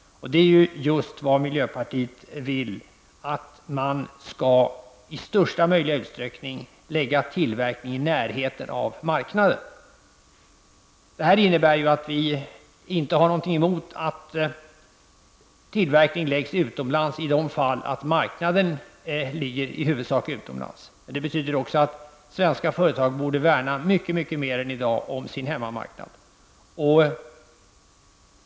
Miljöpartiet vill att man i största möjliga utsträckning skall förlägga tillverkning i närheten av marknaden. Vi har dock inte något emot att tillverkning förläggs utomlands i de fall då marknaden i huvudsak är belägen utomlands. Men svenska företag borde i dag värna mycket mer om sin hemmamarknad.